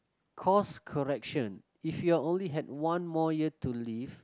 course correction if you are only had one more year to live